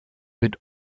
mit